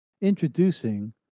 Introducing